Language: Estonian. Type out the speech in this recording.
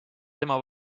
tema